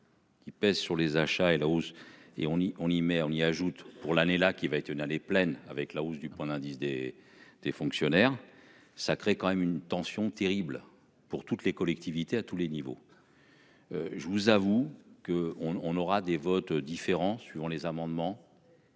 Qui pèse sur les achats et la hausse et on y on ni maire ni ajoute pour l'année là qui va être Yoanna, les plaines avec la hausse du point d'indice des des fonctionnaires, ça crée quand même une tension terrible pour toutes les collectivités à tous les niveaux.-- Je vous avoue que on on aura des votes différents suivant les amendements.--